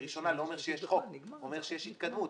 ראשונה לא אומר שיש חוק אלא אומר שיש התקדמות.